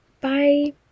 Bye